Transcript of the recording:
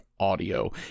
audio